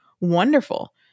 wonderful